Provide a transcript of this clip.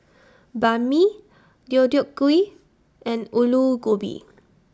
Banh MI Deodeok Gui and Alu Gobi